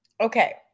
okay